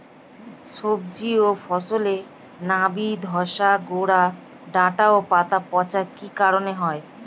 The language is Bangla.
সবজি ও ফসলে নাবি ধসা গোরা ডাঁটা ও পাতা পচা কি কারণে হয়?